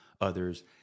others